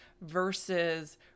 versus